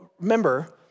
remember